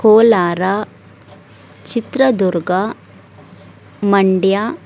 Kolar Chitradurga Mandya